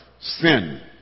sin